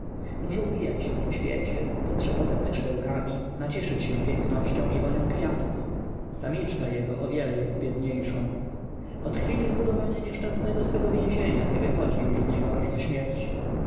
może uwijać się po świecie potrzepotać skrzydełkami nacieszyć się pięknością i wonią kwiatów samiczka jego o wiele jest biedniejszą od chwili zbudowania nieszczęsnego swego więzienia nie wychodzi już z niego aż do śmierci